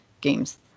games